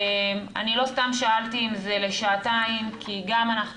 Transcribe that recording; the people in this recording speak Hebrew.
אני לא סתם שאלתי אם זה לשעתיים כי גם אנחנו